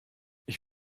ich